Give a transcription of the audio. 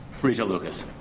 regent lucas.